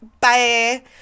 bye